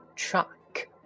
Truck